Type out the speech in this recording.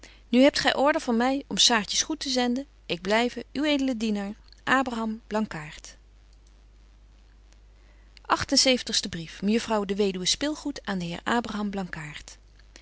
nu hebt gy order van my om saartjes goed te zenden ik blyve uwed dienaar betje wolff en aagje deken historie van mejuffrouw sara burgerhart agt en zeventigste brief mejuffrouw de weduwe spilgoed aan den heer abraham